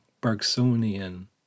Bergsonian